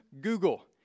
Google